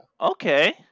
okay